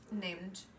named